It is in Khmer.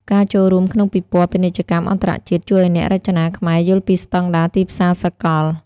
ការចូលរួមក្នុងពិព័រណ៍ពាណិជ្ជកម្មអន្តរជាតិ ជួយឱ្យអ្នករចនាខ្មែរយល់ពីស្តង់ដារទីផ្សារសកល។